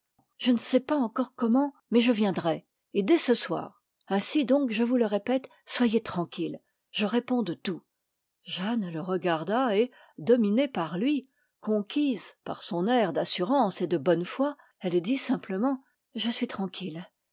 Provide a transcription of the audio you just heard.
je ne sais pas encore comment mais je viendrai et dès ce soir ainsi donc je vous le répète soyez tranquille je réponds de tout jeanne le regarda et dominée par lui conquise par son air d'assurance et de bonne foi elle dit simplement je suis tranquille